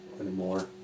anymore